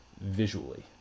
visually